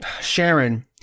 Sharon